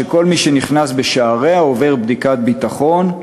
שכל מי שנכנס בשעריה עובר בדיקת ביטחון,